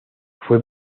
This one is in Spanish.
fue